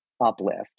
uplift